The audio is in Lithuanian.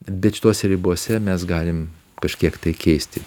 bet šitose ribose mes galim kažkiek tai keisti